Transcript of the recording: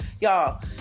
Y'all